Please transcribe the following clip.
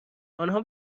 آنها